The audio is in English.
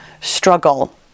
struggle